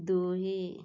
ଦୁଇ